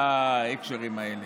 בהקשרים האלה.